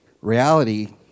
reality